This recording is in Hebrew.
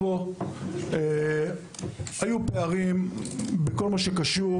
היו פערים בכל הקשור